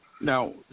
Now